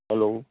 hello